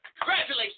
congratulations